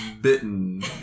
Bitten